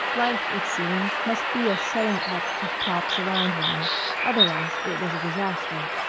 life, it seemed, must be a setting up of props around one otherwise it was disaster.